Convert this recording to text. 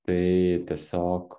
tai tiesiog